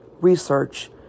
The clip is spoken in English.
research